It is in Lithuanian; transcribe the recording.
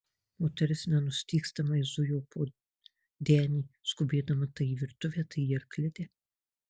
moteris nenustygstamai zujo po denį skubėdama tai į virtuvę tai į arklidę